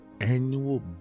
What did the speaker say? annual